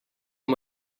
amb